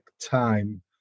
time